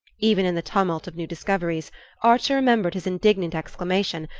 even in the tumult of new discoveries archer remembered his indignant exclamation,